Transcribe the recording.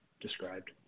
described